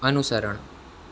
અનુસરણ